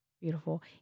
Beautiful